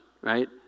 right